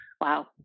Wow